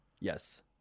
Yes